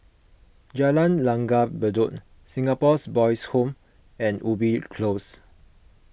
Jalan Langgar Bedok Singapore Boys' Home and Ubi Close